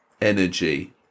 energy